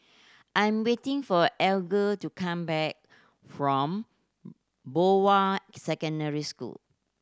I'm waiting for Alger to come back from Bowen Secondary School